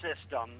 system